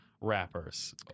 rappers